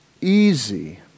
easy